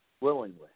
Willingly